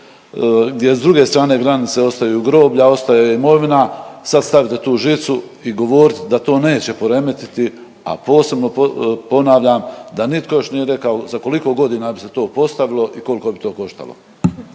gdje s druge strane granice ostaju groblja, ostaje imovina, sad stavite tu žicu i govoriti da to neće poremetiti, a posebno ponavljam da nitko još nije rekao za koliko godina bi se to postavilo i koliko bi to koštalo.